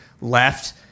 left